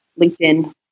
LinkedIn